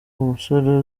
umusore